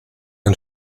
ein